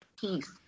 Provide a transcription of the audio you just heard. peace